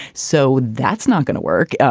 so that's not going to work.